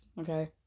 Okay